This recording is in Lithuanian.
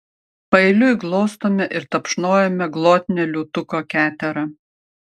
paeiliui glostome ir tapšnojame glotnią liūtuko keterą